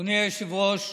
אדוני היושב-ראש,